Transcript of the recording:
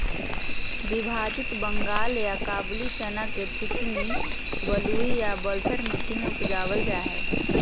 विभाजित बंगाल या काबूली चना के चिकनी बलुई या बलथर मट्टी में उपजाल जाय हइ